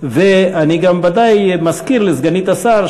ואני גם ודאי מזכיר לסגנית השר,